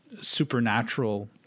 supernatural